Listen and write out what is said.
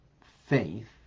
faith